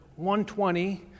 120